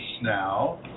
now